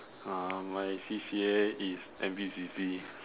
ah my C_C_A is N_P_C_C